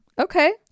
okay